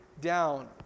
down